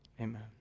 Amen